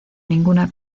ninguna